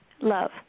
love